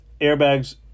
airbags